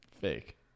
fake